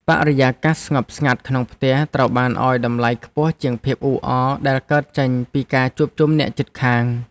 បរិយាកាសស្ងប់ស្ងាត់ក្នុងផ្ទះត្រូវបានឱ្យតម្លៃខ្ពស់ជាងភាពអ៊ូអរដែលកើតចេញពីការជួបជុំអ្នកជិតខាង។